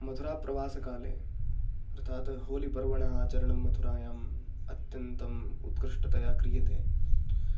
मथुराप्रवासकाले अर्थात् होलिपर्वणः आचरणं मथुरायाम् अत्यन्तम् उत्कृष्टतया क्रियते